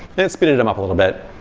then spin them up a little bit.